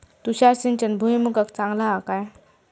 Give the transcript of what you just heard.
तुषार सिंचन भुईमुगाक चांगला हा काय?